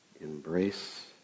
embrace